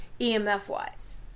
EMF-wise